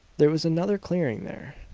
there was another clearing there,